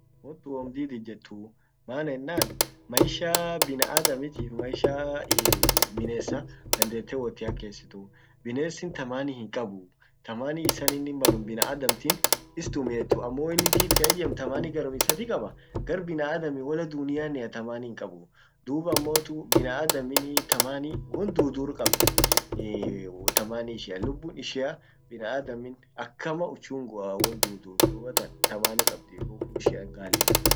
wantun wam did ijetuu ,maan ennan, maishaaa, binaadamitif maishaa, binessah dandetee wathiakesituu, binesin thamani hinkabuu, thamani isan innin malum binaadamtin is tumietu, ammo wainin did kan ijem thamani gqarum isati kabbah!